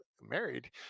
Married